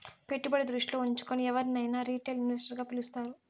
పెట్టుబడి దృష్టిలో ఉంచుకుని ఎవరినైనా రిటైల్ ఇన్వెస్టర్ గా పిలుస్తారు